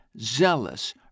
zealous